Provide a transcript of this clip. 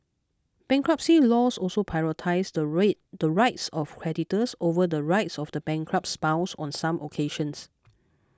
bankruptcy laws also prioritise the read rights of creditors over the rights of the bankrupt's spouse on some occasions